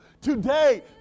Today